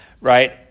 right